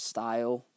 Style